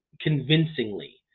convincingly